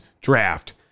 draft